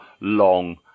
long